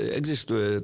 existuje